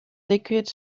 liquid